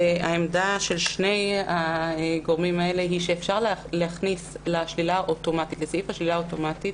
והעמדה של שני הגורמים האלה היא שאפשר להכניס לסעיף השלילה האוטומטית